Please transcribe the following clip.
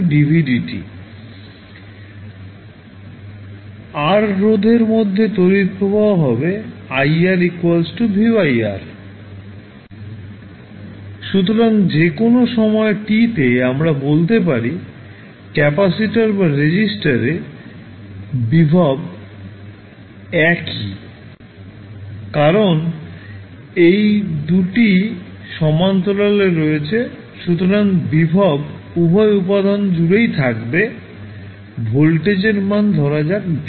R রোধের মধ্যে তড়িৎ প্রবাহ হবে IR সুতরাং যে কোনও সময় t তে আমরা বলতে পারি ক্যাপাসিটর বা রেজিস্টার এ ভোল্টেজ একই কারণ এই দুটি সমান্তরালে রয়েছে সুতরাং ভোল্টেজ উভয় উপাদান জুড়েই থাকবে ভোল্টেজের মান ধরা যাক v